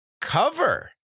cover